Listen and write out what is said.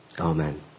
Amen